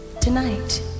tonight